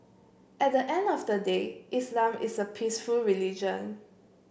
at the end of the day Islam is a peaceful religion